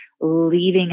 leaving